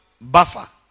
buffer